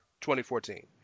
2014